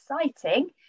exciting